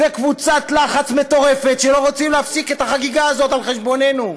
זו קבוצת לחץ מטורפת שלא רוצה להפסיק את החגיגה הזאת על חשבוננו.